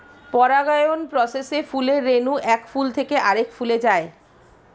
পরাগায়ন প্রসেসে ফুলের রেণু এক ফুল থেকে আরেক ফুলে যায়